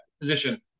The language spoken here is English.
position